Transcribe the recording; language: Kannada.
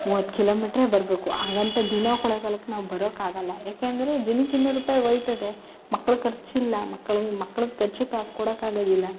ಮೂವತ್ತು ಕಿಲೋಮೀಟ್ರೇ ಬರಬೇಕು ಹಾಗಂತ ದಿನಾ ಕೊಳ್ಳೆಗಾಲಕ್ಕೆ ನಾವು ಬರೋಕ್ಕಾಗೋಲ್ಲ ಯಾಕೆ ಅಂದರೆ ದಿನಕ್ಕೆ ಇನ್ನೂರು ರೂಪಾಯಿ ಹೋಗ್ತದೆ ಮಕ್ಳ ಖರ್ಚಿಲ್ಲ ಮಕ್ಳಿಗೆ ಮಕ್ಳಿಗೆ ಖರ್ಚಿಗೆ ಕಾಸು ಕೊಡೋಕ್ಕಾಗೋದಿಲ್ಲ